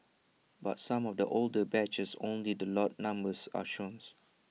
but some of the older batches only the lot numbers are showns